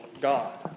God